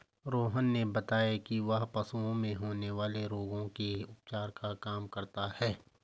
रोहन ने बताया कि वह पशुओं में होने वाले रोगों के उपचार का काम करता है